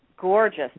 gorgeous